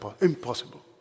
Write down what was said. impossible